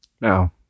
Now